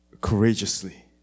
courageously